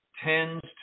tends